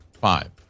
five